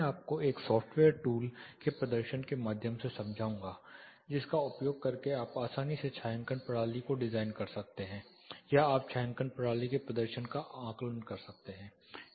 मैं आपको एक सॉफ्टवेयर टूल के प्रदर्शन के माध्यम से समझाऊंगा जिसका उपयोग करके आप आसानी से छायांकन प्रणाली को डिजाइन कर सकते हैं या आप छायांकन प्रणाली के प्रदर्शन का आकलन कर सकते हैं